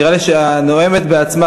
נראה לי שהנואמת בעצמה,